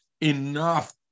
enough